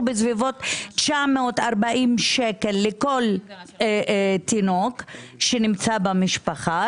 בסביבות 940 שקל לכל תינוק שנמצא במשפחה,